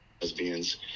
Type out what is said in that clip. lesbians